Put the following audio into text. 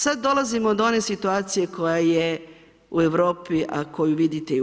Sad dolazimo do one situacije koja je u Europi, a koju vidite i u RH.